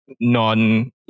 non